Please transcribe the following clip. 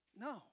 no